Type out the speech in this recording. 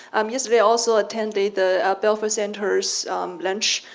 um yesterday also attended the belfer centers lunch.